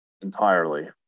entirely